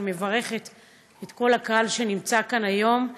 ואני מברכת את כל הקהל שנמצא כאן היום.